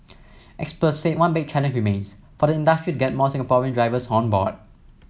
experts said one big challenge remains for the industry to get more Singaporean drivers on board